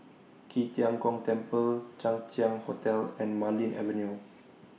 Qi Tian Gong Temple Chang Ziang Hotel and Marlene Avenue